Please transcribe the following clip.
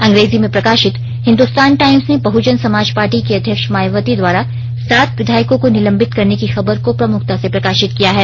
अंग्रेजी में प्रकाशित हिन्दुस्तान टाईम्स ने बहुजन समाज पार्टी के अध्यक्ष मायावती द्वारा सात विधायकों को निलंबित करने की खबर को प्रमुखता से प्रकाशित किया है